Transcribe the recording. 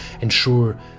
ensure